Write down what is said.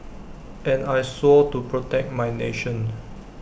and I swore to protect my nation